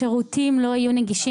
השירותים לא היו נגישים.